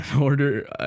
Order